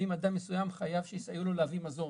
האם אדם מסוים חייב שיסייעו לו להביא מזון,